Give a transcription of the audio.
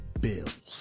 bills